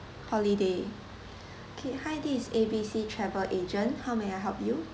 holiday okay hi this is A B C travel agent how may I help you